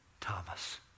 Thomas